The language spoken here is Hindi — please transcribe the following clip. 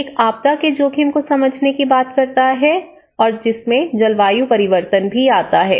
एक आपदा के जोखिम को समझने की बात करता है जिसमें जलवायु परिवर्तन भी आता है